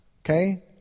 okay